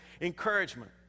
encouragement